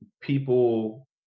people